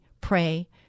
pray